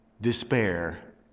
Despair